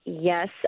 Yes